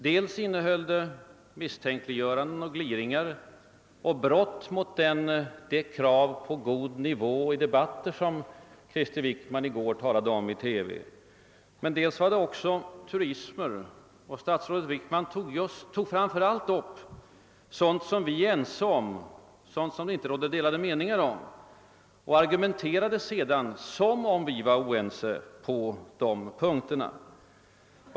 Dels innehöll det misstänkliggöranden och gliringar som kan betecknas som brott mot det krav på god debattnivå som Krister Wickman själv i går talade om i TV, dels innehöll det truismer; statsrådet Wickman tog framför allt upp sådant som det inte råder delade meningar om och argumenterade sedan som om vi vore oense på de punkterna.